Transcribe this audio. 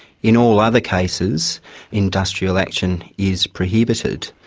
in all other cases industrial action is prohibited.